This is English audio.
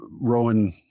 Rowan